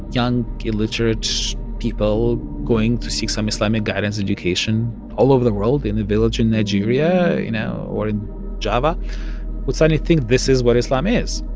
young illiterate people going to seek some islamic guidance education all over the world in a village in nigeria, you know, in java would suddenly think this is what islam is.